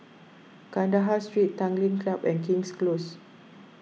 Kandahar Street Tanglin Club and King's Close